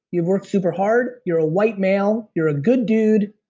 you've worked super hard. you're a white male. you're a good dude,